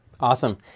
Awesome